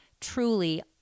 truly